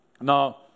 Now